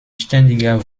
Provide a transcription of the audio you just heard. ständiger